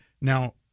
Now